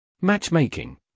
Matchmaking